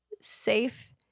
safe